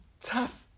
tough